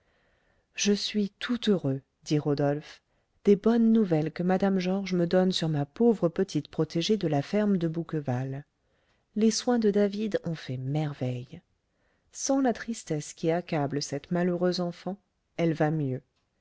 je suis tout heureux dit rodolphe des bonnes nouvelles que mme georges me donne sur ma pauvre petite protégée de la ferme de bouqueval les soins de david ont fait merveille sans la tristesse qui accable cette malheureuse enfant elle va mieux